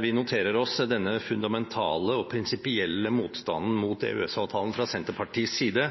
Vi noterer oss denne fundamentale og prinsipielle motstanden mot EØS-avtalen fra Senterpartiets side.